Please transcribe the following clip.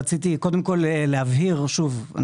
רציתי קודם כול להבהיר שוב,